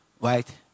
right